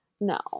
No